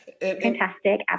Fantastic